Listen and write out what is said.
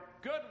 good